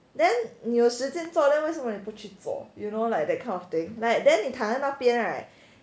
then 你有时间做 then 为什么你不去做 you know like that kind of thing like then 你躺在那边 right